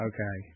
Okay